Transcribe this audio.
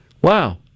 Wow